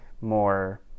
more